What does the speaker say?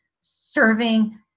serving